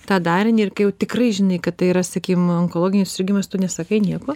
tą darinį ir kai jau tikrai žinai kad tai yra sakykim onkologinis susirgimas tu nesakai nieko